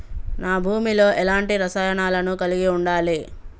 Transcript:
నా భూమి లో ఎలాంటి రసాయనాలను కలిగి ఉండాలి?